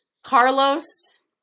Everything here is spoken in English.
Carlos